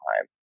time